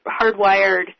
hardwired